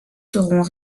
seront